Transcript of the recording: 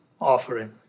Offering